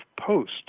Post